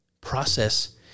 Process